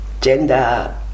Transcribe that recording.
gender